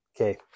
Okay